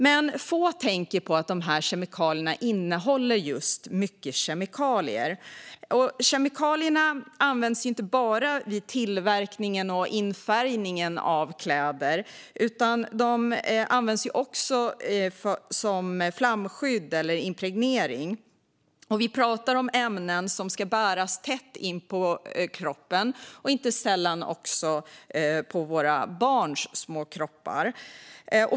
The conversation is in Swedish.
Men få tänker på att kläderna innehåller just mycket kemikalier. Kemikalier används inte bara vid tillverkningen och infärgningen av kläder utan också som flamskydd eller impregnering. Vi talar om ämnen som ska bäras tätt inpå kroppen, inte sällan på våra barns små kroppar.